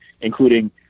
including